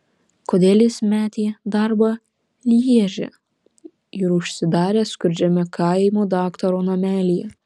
kodėl jis metė darbą lježe ir užsidarė skurdžiame kaimo daktaro namelyje